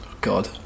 God